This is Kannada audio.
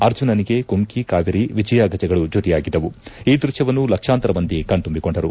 ಅರ್ಜುನನಿಗೆ ಕುಮ್ಯಿ ಕಾವೇರಿ ವಿಜಯಾ ಗಜಗಳು ಜತೆಯಾಗಿದ್ದವು ಈ ದೃಶ್ಯವನ್ನು ಲಕ್ಷಾಂತರ ಮಂದಿ ಕಣ್ತುಂಬಿಕೊಂಡರು